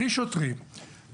בלי שוטרים,